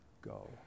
go